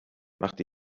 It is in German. macht